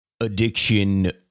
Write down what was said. addiction